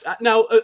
Now